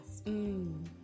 Mmm